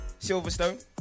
Silverstone